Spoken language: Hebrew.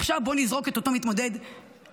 עכשיו בואו נזרוק את אותו מתמודד לפח.